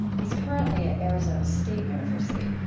he's currently at arizona state university,